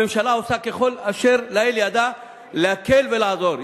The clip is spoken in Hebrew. הממשלה עושה כל אשר לאל ידה להקל ולעזור.